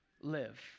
live